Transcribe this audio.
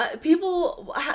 people